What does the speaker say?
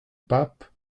pape